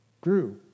grew